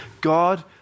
God